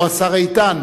או השר איתן,